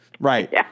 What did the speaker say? Right